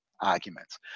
arguments